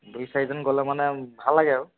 দুই চাৰিজন গ'লে মানে ভাল লাগে আৰু